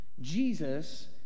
Jesus